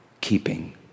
keeping